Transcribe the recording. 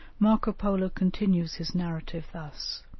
marco polo continues his narrative thus